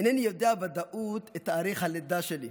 אינני יודע בוודאות את תאריך הלידה שלי,